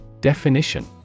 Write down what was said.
Definition